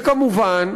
וכמובן,